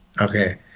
Okay